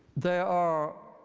there are